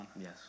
Yes